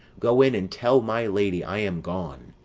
go in and tell my lady i am gone,